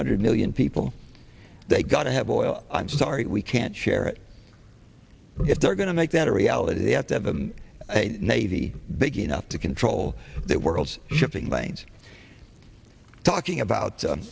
hundred million people they got to have oil i'm sorry we can't share it if they're going to make that a reality they have to have a navy big enough to control the world's shipping lanes talking about